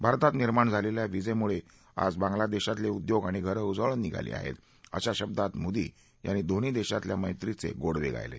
भारतात निर्माण झालेल्या विजेमुळे आज बांग्ला देशातले उद्योग आणि घरं उजळून निघाली आहेत अश्या शब्दात मोदी यांनी दोन्ही देशातल्या मैत्रीचे गोडवे गायले